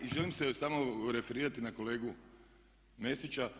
I želim se samo referirati na kolegu Mesića.